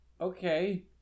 okay